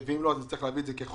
ואם לא אז להביא את זה כחוק.